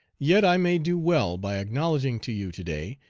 yet i may do well by acknowledging to you, to-day,